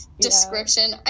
description